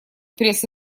пресс